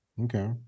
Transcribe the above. okay